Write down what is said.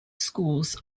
schools